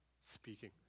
speaking